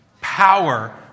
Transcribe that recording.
power